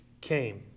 came